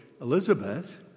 Elizabeth